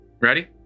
Ready